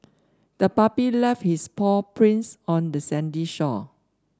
the puppy left its paw prints on the sandy shore